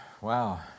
Wow